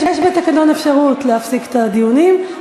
יש בתקנון אפשרות להפסיק את הדיונים,